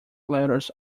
letters